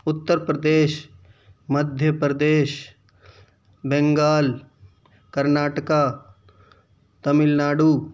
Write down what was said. Uttar Pradesh Madhya Pradesh Bengal Karnataka Tamil Nadu